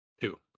Two